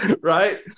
right